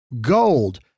Gold